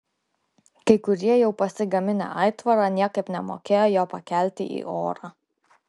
kai kurie jau pasigaminę aitvarą niekaip nemokėjo jo pakelti į orą